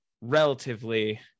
relatively